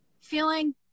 feeling